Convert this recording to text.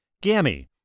Gammy